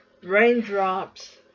Raindrops